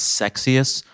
sexiest